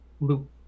loop